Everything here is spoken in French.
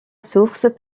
source